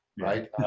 right